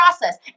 process